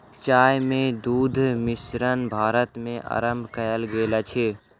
चाय मे दुग्ध मिश्रण भारत मे आरम्भ कयल गेल अछि